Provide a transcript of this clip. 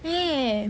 ya